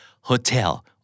hotel